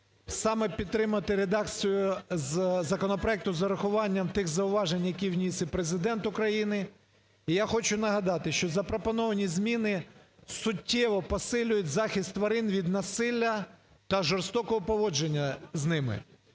саме підтримати редакцію законопроекту з урахуванням тих зауважень, які вніс і Президент України. І я хочу нагадати, що запропоновані зміни суттєво посилюють захист тварин від насилля та жорстокого поводження з ними.